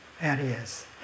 areas